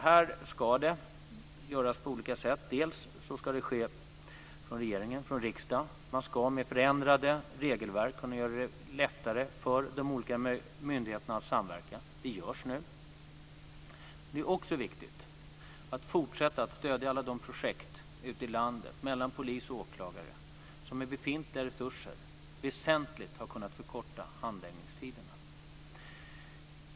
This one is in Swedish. Den ska tillgodoses på olika sätt. Regering och riksdag ska med förändrade regelverk göra det lättare för de olika myndigheterna att samverka, vilket nu sker. Det är också viktigt att fortsätta att stödja alla de projekt ute i landet mellan polis och åklagare där man med befintliga resurser väsentligt har kunnat förkorta handläggningstiderna.